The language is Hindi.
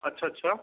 अच्छा अच्छा